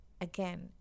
again